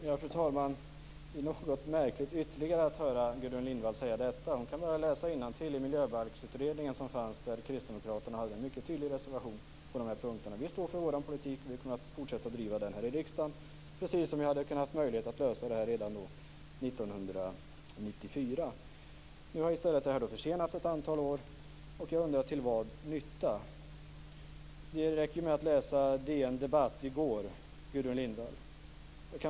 Fru talman! Det är märkligt att ytterligare höra Gudrun Lindvall säga detta. Hon kan bara läsa innantill i den miljöbalksutredning som fanns, där Kristdemokraterna hade en mycket tydlig reservation på dessa punkter. Vi står för vår politik och kommer att fortsätta att driva den här i riksdagen, precis som vi hade haft möjlighet att lösa det här redan 1994. Nu har i stället det här försenats ett antal år, och jag undrar till vad nytta. Det räcker med att läsa DN Debatt i går.